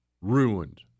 ruined